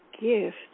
gift